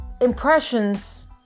impressions